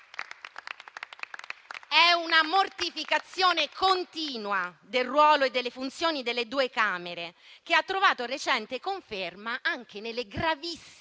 una mortificazione continua del ruolo e delle funzioni delle due Camere, che ha trovato recente conferma anche nelle gravissime